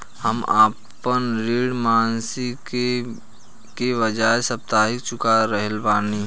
हम आपन ऋण मासिक के बजाय साप्ताहिक चुका रहल बानी